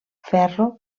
ferro